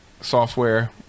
software